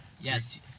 yes